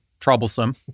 troublesome